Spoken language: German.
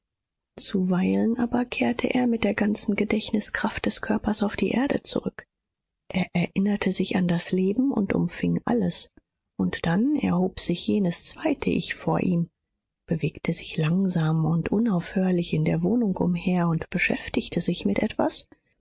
zuweilen aber kehrte er mit der ganzen gedächtniskraft des körpers auf die erde zurück er erinnerte sich an das leben und umfing alles und dann erhob sich jenes zweite ich vor ihm bewegte sich langsam und unaufhörlich in der wohnung umher und beschäftigte sich mit etwas